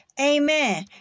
Amen